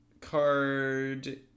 card